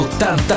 80